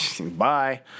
bye